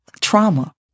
trauma